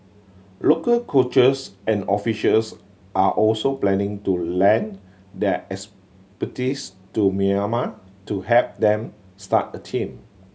local coaches and officials are also planning to lend their expertise to Myanmar to help them start a team